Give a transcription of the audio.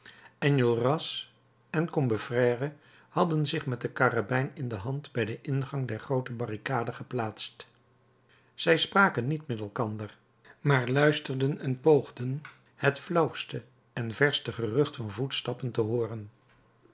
enjolras en combeferre hadden zich met de karabijn in de hand bij den ingang der groote barricade geplaatst zij spraken niet met elkander maar luisterden en poogden het flauwste en verste gerucht van voetstappen te hooren